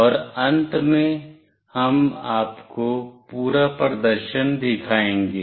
और अंत में हम आपको पूरा प्रदर्शन दिखाएंगे